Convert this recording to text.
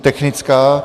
Technická.